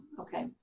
okay